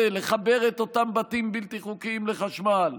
לחבר את אותם בתים בלתי חוקיים לחשמל,